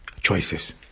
Choices